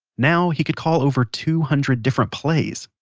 now, he could call over two hundred different plays,